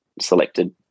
selected